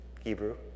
Hebrew